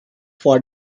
for